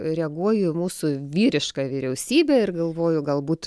reaguoju į mūsų vyrišką vyriausybę ir galvoju galbūt